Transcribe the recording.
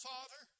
Father